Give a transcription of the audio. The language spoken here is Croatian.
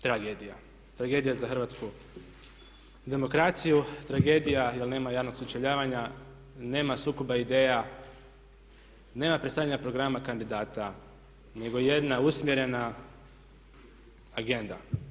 Tragedija, tragedija za hrvatsku demokraciju, tragedija jer nema javnog sučeljavanja, nema sukoba ideja, nema predstavljanja programa kandidata nego jedna usmjerena agenda.